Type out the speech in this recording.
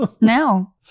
No